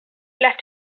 left